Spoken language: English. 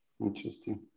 interesting